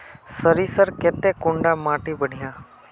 सरीसर केते कुंडा माटी बढ़िया?